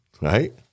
Right